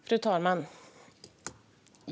Fru talman!